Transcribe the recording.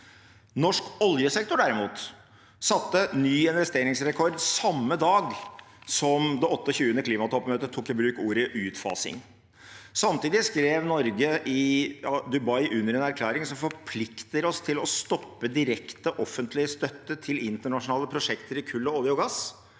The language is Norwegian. Norsk oljesektor, derimot, satte ny investeringsrekord samme dag som det 28. klimatoppmøtet tok i bruk ordet «utfasing». Samtidig skrev Norge i Dubai under en erklæring som forplikter oss til å stoppe direkte offentlig støtte til internasjonale prosjekter i kull, olje og gass.